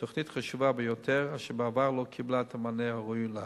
תוכנית חשובה ביותר אשר בעבר לא קיבלה את המענה הראוי לה.